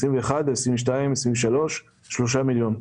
3 מיליון.